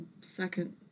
second